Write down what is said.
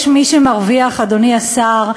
יש מי שמרוויח, אדוני השר,